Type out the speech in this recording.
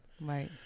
Right